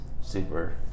super